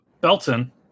Belton